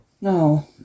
No